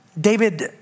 David